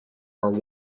are